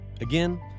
Again